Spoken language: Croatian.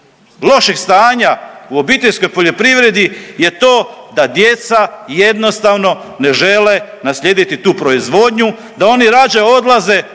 lošeg stanja u obiteljskoj poljoprivredi je to da djeca jednostavno ne žele naslijediti tu proizvodnju da oni rađe odlaze